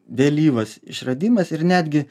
vėlyvas išradimas ir netgi